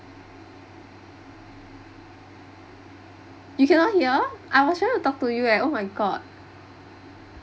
you cannot hear I was trying to talk to you and oh my god